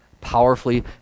powerfully